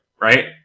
right